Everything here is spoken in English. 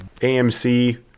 AMC